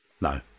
No